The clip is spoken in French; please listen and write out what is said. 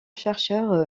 chercheurs